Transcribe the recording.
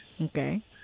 Okay